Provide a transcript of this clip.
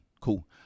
Cool